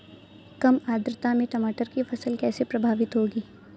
कम आर्द्रता में टमाटर की फसल कैसे प्रभावित होगी?